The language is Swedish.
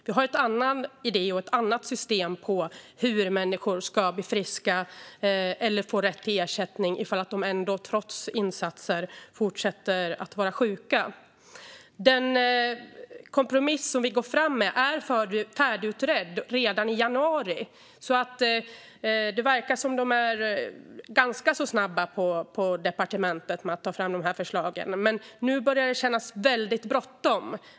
Vi har en annan idé och ett annat förslag till system för hur människor ska bli friska eller få rätt till ersättning om de ändå, trots insatser, fortsätter att vara sjuka. Den kompromiss som vi går fram med var färdigutredd redan i januari. Det verkar som att departementet ändå har varit ganska snabbt med att titta på förslagen, men nu börjar det kännas bråttom.